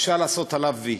אפשר לעשות עליו v.